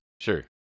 Sure